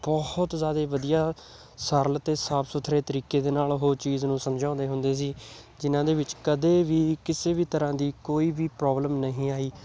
ਬਹੁਤ ਜ਼ਿਆਦਾ ਵਧੀਆ ਸਰਲ ਅਤੇ ਸਾਫ਼ ਸੁਥਰੇ ਤਰੀਕੇ ਦੇ ਨਾਲ ਉਹ ਚੀਜ਼ ਨੂੰ ਸਮਝਾਉਂਦੇ ਹੁੰਦੇ ਸੀ ਜਿਨ੍ਹਾਂ ਦੇ ਵਿੱਚ ਕਦੇ ਵੀ ਕਿਸੇ ਵੀ ਤਰ੍ਹਾਂ ਦੀ ਕੋਈ ਵੀ ਪ੍ਰੋਬਲਮ ਨਹੀਂ ਆਈ